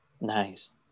Nice